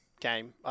game